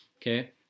Okay